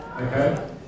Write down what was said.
Okay